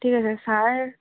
ঠিক আছে ছাৰ